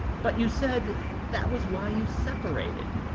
but you said that was why you separated.